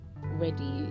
ready